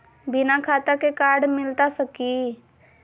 बिना खाता के कार्ड मिलता सकी?